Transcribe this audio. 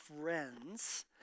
friends